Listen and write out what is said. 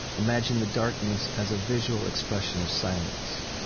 imagine the darkness as a visual expression of silence.